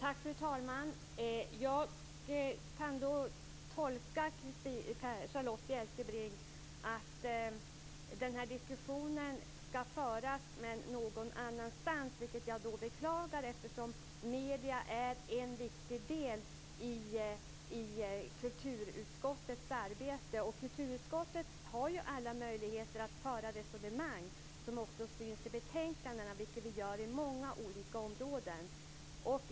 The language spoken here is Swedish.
Fru talman! Jag kan tolka Charlotta Bjälkebring så att diskussionen ska föras, men någon annanstans, vilket jag beklagar. Medierna är en viktig del i kulturutskottets arbete. Kulturutskottet har alla möjligheter att föra resonemang som också syns i betänkandena, vilket vi gör på många olika områden.